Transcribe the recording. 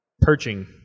perching